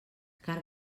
carn